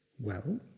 well,